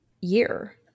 year